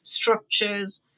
structures